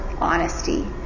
honesty